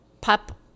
Pup